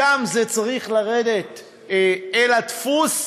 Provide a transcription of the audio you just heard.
משם זה צריך לרדת אל הדפוס.